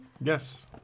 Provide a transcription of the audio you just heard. Yes